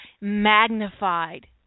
magnified